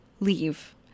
leave